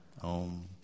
Om